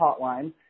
Hotline